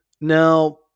Now